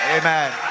Amen